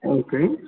okay